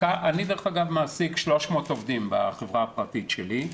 אני דרך אגב מעסיק 300 עובדים בחברה הפרטית שלי.